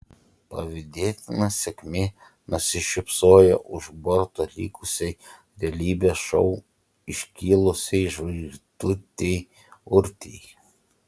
pavydėtina sėkmė nusišypsojo už borto likusiai realybės šou iškilusiai žvaigždutei urtei